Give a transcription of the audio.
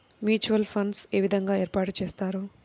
Mutual funds ఏ విధంగా ఏర్పాటు చేస్తారు?